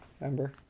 remember